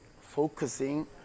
focusing